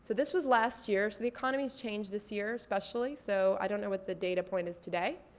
so this was last year. so the economy's changed this year especially so i don't know what the data point is today.